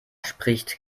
spricht